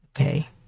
okay